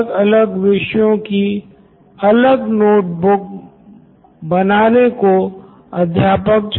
professor ये मानते हुए की छात्र जो नोट्स लिख रहे है वो बातें उनके दिमाग मे भी बेठ रही है